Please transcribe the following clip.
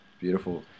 Beautiful